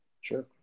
Sure